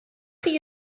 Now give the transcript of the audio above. chi